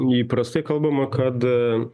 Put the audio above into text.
įprastai kalbama kad